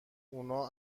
اونا